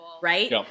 right